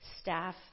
staff